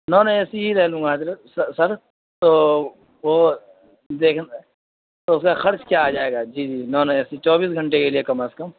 naan AC سی ہی رہ لوں گا حضرت سر تو وہ دیکھ سر خرچ کیا آ جائے گا جی جی نان اے سی چوبیس کھنٹے کے لیے کم از کم